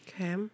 Okay